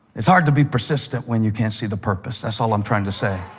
it's hard to be persistent when you can't see the purpose. that's all i'm trying to say.